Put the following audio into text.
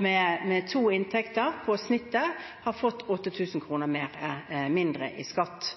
med to inntekter har i snitt fått 8 000 kr mindre i skatt,